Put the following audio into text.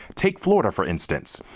take florida for instance.